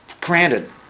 granted